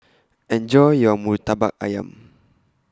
Enjoy your Murtabak Ayam